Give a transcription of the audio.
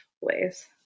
ways